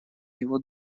его